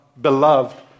beloved